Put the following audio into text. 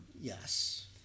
Yes